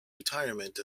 retirement